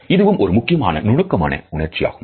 இதுவும் ஒரு முக்கியமான நுணுக்கமான உணர்ச்சி ஆகும்